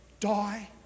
Die